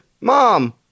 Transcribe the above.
Mom